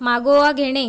मागोवा घेणे